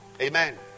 Amen